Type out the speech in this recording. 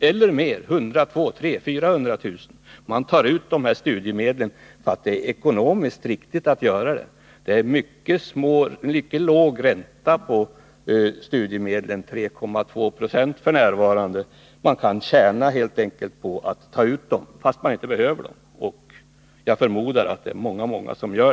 eller mer, kanske 200 000-400 000 kr. De tar ut studiemedel för att det är ekonomiskt riktigt att göra det. Det är mycket låg ränta på studiemedlen, f.n. 3,2 20. Man kan helt enkelt tjäna på att ta ut studiemedlen fast man inte behöver dem, och jag förmodar att många gör det.